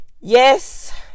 yes